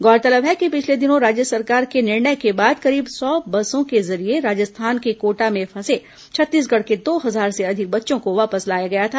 गौरतलब है कि पिछले दिनों राज्य सरकार के निर्णय के बाद सौ बसों के जरिए राजस्थान के कोटा में फंसे छत्तीसगढ़ के दो हजार से अधिक बच्चों को वापस लाया गया था